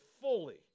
fully